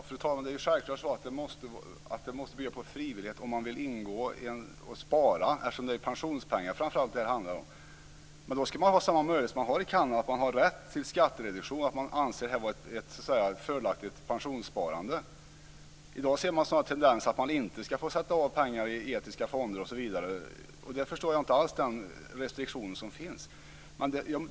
Fru talman! Det är självklart att ett sparande måste bygga på frivillighet, eftersom det framför allt är pensionspengar det handlar om. Men då ska man ha samma möjlighet till skattereduktion som man har i Kanada, om man anser detta vara ett fördelaktigt pensionssparande. I dag ser man snarare tendenser till att man inte ska få sätta av pengar i etiska fonder osv. Den restriktionen förstår jag inte alls.